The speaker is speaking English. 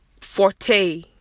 forte